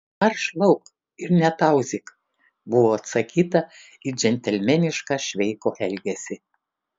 marš lauk ir netauzyk buvo atsakyta į džentelmenišką šveiko elgesį